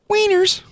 Wieners